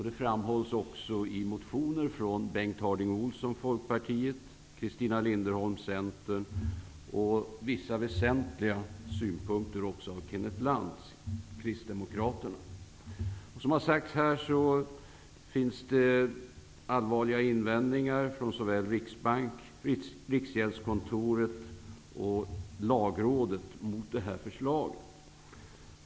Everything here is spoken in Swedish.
Det framhålls också i motioner från Bengt Harding Olson från Vissa väsentliga synpunkter har också framförts av Som det har sagts här finns det allvarliga invändningar från såväl Riksbanken, Riksgäldskontoret som Lagrådet mot det här förslaget.